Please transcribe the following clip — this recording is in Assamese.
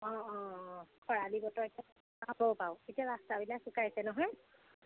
অঁ অঁ অঁ খৰালি বতৰ এতিয়া এতিয়া ৰাস্তা বিলাক শুকাইছে নহয়